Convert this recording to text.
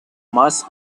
must